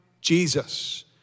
Jesus